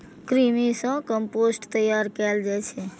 कृमि सं कंपोस्ट तैयार कैल जाइ छै